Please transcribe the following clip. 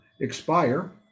expire